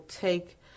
take